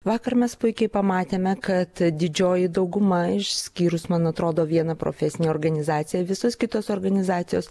vakar mes puikiai pamatėme kad didžioji dauguma išskyrus man atrodo viena profesinė organizacija visos kitos organizacijos